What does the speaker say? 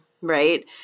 right